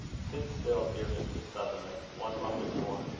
sit still, dear mr. sutherland, one moment more.